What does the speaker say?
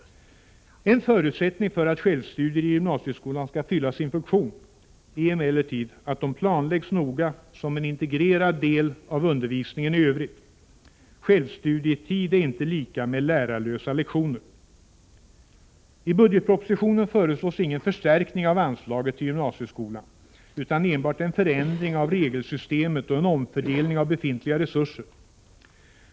En förutsättning för att självstudier i gymnasieskolan skall fylla sin funktion är emellertid att de planläggs noga som en integrerad del av undervisningen i övrigt. Självstudietid är inte lika med lärarlösa lektioner. I budgetpropositionen föreslås ingen förstärkning av anslaget till gymnasieskolan utan enbart en förändring av regelsystemet och en omfördelning av befintliga resurser.